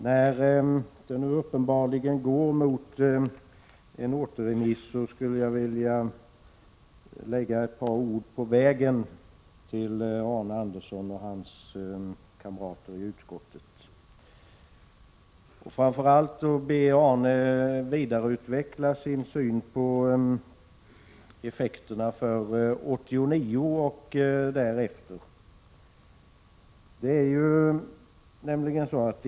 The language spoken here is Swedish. När det nu uppenbarligen går mot en återremiss, skulle 24 april 1987 jag vilja ge ett par ord på vägen till Arne Andersson och hans kamrater i Kommunalutskottet. ekonomiska Framför allt ber jag Arne Andersson vidareutveckla sin syn på effekterna frågor för 1989 och därefter.